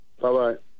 Bye-bye